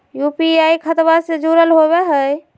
UPI खतबा से जुरल होवे हय?